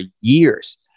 years